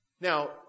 Now